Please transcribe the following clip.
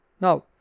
Now